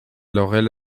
laurel